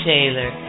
Taylor